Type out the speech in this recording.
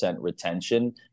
retention